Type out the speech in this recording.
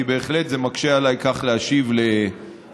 כי בהחלט זה מקשה עליי כך להשיב על השאילתה.